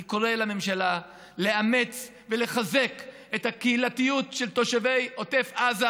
אני קורא לממשלה לאמץ ולחזק את הקהילתיות של תושבי עוטף עזה,